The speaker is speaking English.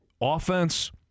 offense